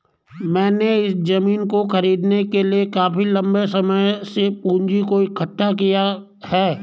मैंने इस जमीन को खरीदने के लिए काफी लंबे समय से पूंजी को इकठ्ठा किया है